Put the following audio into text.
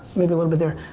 maybe a little bit there,